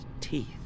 teeth